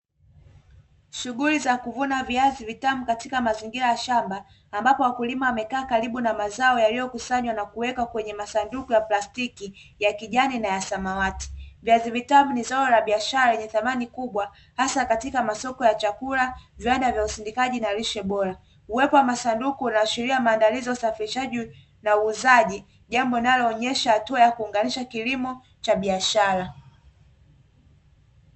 Shughuli za kuvuna viazi vitamu katika mazingira ya shamba, ambapo wakulima wamekaa karibu na mazao yaliyokusanywa na kuwekwa kwenye masanduku ya plastiki ya kijani na samawati. Viazi vitamu ni zao la biashara lenye thamani kubwa hasa katika masoko ya chakula, viwanda vya usindikaji na lishe bora. Uwepo wa masanduku unaashiria uwepo wa usafirishaji na uuzaji, jambo linaloonesha hatua ya kuunganisha kilimo na biashara.